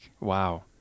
Wow